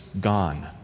gone